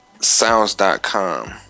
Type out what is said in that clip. sounds.com